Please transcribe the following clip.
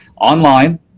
online